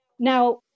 Now